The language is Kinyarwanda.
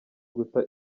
guta